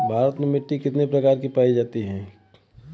भारत में मिट्टी कितने प्रकार की पाई जाती हैं?